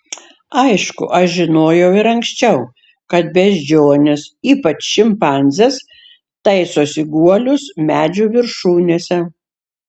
aišku aš žinojau ir anksčiau kad beždžionės ypač šimpanzės taisosi guolius medžių viršūnėse